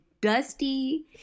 dusty